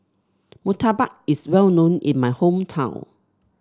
murtabak is well known in my hometown